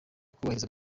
kubahiriza